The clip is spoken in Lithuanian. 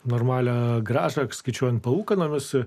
normalią grąža skaičiuojant palūkanomis